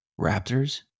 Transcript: raptors